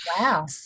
Wow